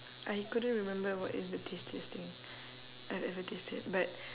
I couldn't remember what is the tastiest thing I've ever tasted but